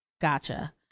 Gotcha